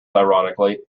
ironically